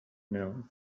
known